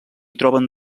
troben